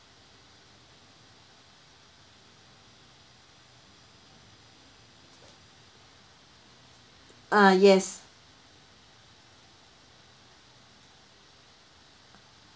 uh yes